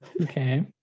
Okay